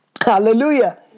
Hallelujah